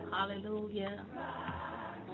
Hallelujah